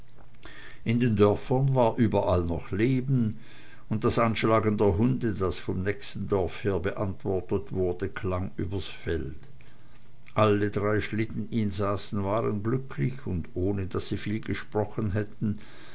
in den dörfern war überall noch leben und das anschlagen der hunde das vom nächsten dorf her beantwortet wurde klang übers feld alle drei schlitteninsassen waren glücklich und ohne daß sie viel gesprochen hätten